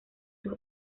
sus